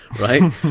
right